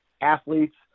athletes